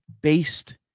based